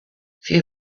few